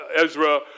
Ezra